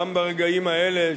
גם ברגעים האלה,